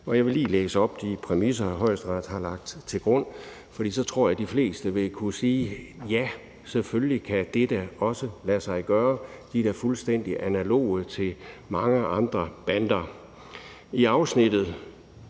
Og jeg vil lige læse de præmisser op, som Højesteret har lagt til grund, for så tror jeg, at de fleste vil kunne sige: Ja, selvfølgelig kan det også lade sig gøre; de er da fuldstændig analoge til mange andre bander.